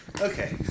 Okay